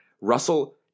Russell